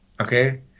okay